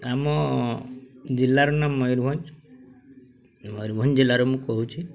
ଆମ ଜିଲ୍ଲାର ନାମ ମୟୂରଭଞ୍ଜ ମୟୂରଭଞ୍ଜ ଜିଲ୍ଲାରୁ ମୁଁ କହୁଛି